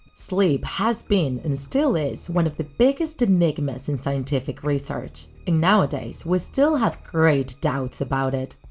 sleep has been, and still is, one of the biggest enigmas in scientific research, and nowadays, we still have great doubts about it.